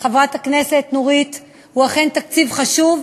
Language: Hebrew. חברת הכנסת נורית קורן הוא אכן תקציב חשוב,